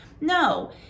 No